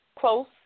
close